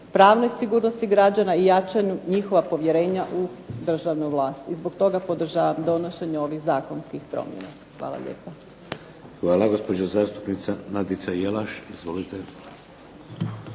pravnoj sigurnosti građana i jačanju njihova povjerenja u državnu vlast. I zbog toga podržavam donošenje ovih zakonskih promjena. Hvala lijepa. **Šeks, Vladimir (HDZ)** Hvala. Gospođa zastupnica Nadica Jelaš. Izvolite.